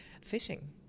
fishing